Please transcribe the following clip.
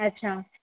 अच्छा